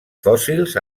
fòssils